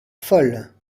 folle